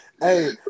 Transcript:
Hey